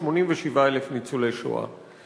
87,000 ניצולי שואה.